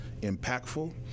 impactful